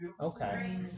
Okay